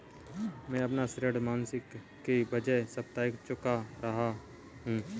मैं अपना ऋण मासिक के बजाय साप्ताहिक चुका रहा हूँ